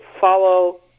follow